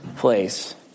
place